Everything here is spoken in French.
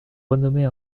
renommée